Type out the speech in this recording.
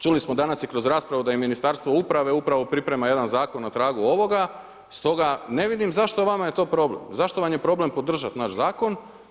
Čuli smo danas i kroz raspravu da i Ministarstvo uprave upravo priprema jedan zakon na tragu ovoga, stoga ne vidim zašto je vama to problem, zašto vam je problem podržati naš zakon.